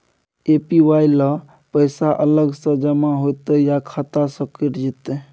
APY ल पैसा अलग स जमा होतै या खाता स कैट जेतै?